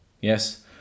yes